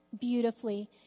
beautifully